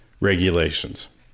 regulations